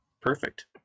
perfect